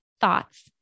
thoughts